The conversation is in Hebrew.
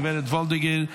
חברת הכנסת וולדיגר,